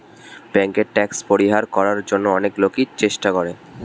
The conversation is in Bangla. ব্যাংকে ট্যাক্স পরিহার করার জন্য অনেক লোকই চেষ্টা করে